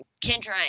kendra